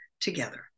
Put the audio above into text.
together